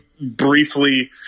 briefly